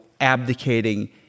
abdicating